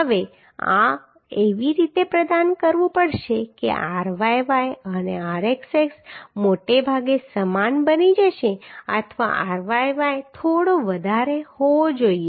હવે આ એવી રીતે પ્રદાન કરવું પડશે કે ryy અને rxx મોટે ભાગે સમાન બની જશે અથવા ryy થોડો વધારે હોવો જોઈએ